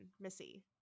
Missy